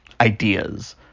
ideas